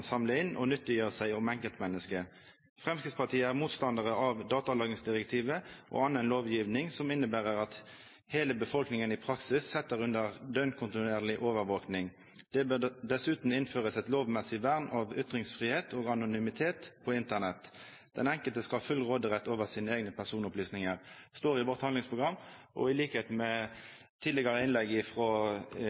samle inn og nyttiggjøre seg om enkeltmennesket. FrP er motstandere av datalagringsdirektivet og annen lovgivning som innebærer at hele befolkningen i praksis settes under døgnkontinuerlig overvåkning. Det bør dessuten innføres et lovmessig vern av ytringsfrihet og anonymitet på Internett. Den enkelte skal ha full råderett over sine egne personopplysninger.» Dette står i vårt handlingsprogram. I likhet med tidligere innlegg